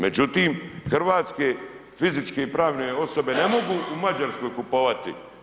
Međutim, hrvatske fizičke i pravne osobe ne mogu u Mađarskoj kupovati.